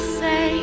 say